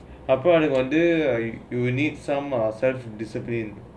அப்பே எனக்கு வந்தே:appe ennakku vanthae err you need some ah self discipline